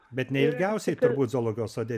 bet ne ilgiausiai turbūt zoologijos sode